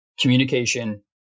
communication